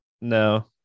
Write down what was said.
No